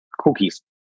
cookies